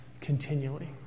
continually